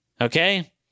Okay